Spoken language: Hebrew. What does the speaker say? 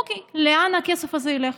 אוקיי, לאן הכסף הזה ילך?